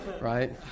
Right